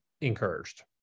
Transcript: encouraged